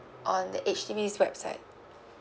on the H_D_B's website